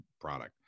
product